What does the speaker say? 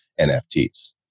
NFTs